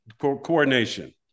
coordination